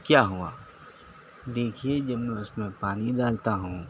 کیا ہوا دیکھیے جب میں اس میں پانی ڈالتا ہوں